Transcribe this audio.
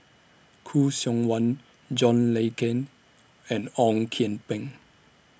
Khoo Seok Wan John Le Cain and Ong Kian Peng